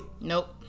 Nope